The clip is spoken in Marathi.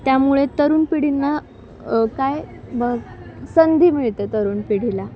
त्यामुळे तरुण पिढींना काय ब संधी मिळते तरुण पिढीला